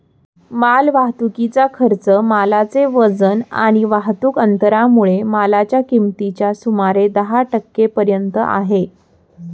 माल वाहतुकीचा खर्च मालाचे वजन आणि वाहतुक अंतरामुळे मालाच्या किमतीच्या सुमारे दहा टक्के पर्यंत आहे